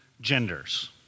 genders